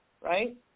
right